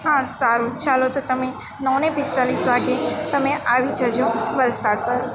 હા સારું ચાલો તો તમે નવને પિસ્તાલીસે વાગે તમે આવી જજો વલસાડ બર